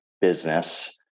business